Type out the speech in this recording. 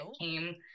came